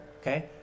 okay